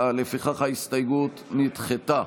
לפיכך ההסתייגות נדחתה.